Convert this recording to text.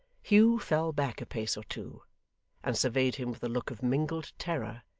hugh fell back a pace or two and surveyed him with a look of mingled terror,